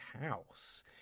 house